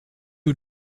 who